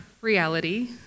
reality